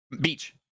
Beach